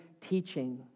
teaching